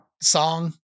song